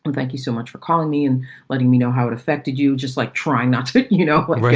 but thank you so much for calling me and letting me know how it affected you, just like trying not to get you know like like